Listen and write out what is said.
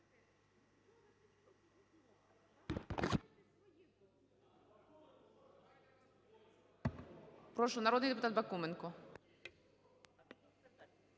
Прошу, народний депутат Бакуменко.